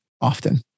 often